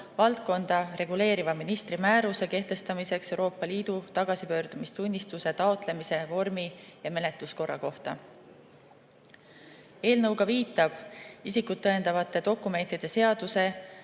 valdkonda reguleeriva ministri määruse kehtestamiseks Euroopa Liidu tagasipöördumistunnistuse taotlemise vormi ja menetluskorra kohta. Eelnõuga viiakse isikut tõendavate dokumentide seadus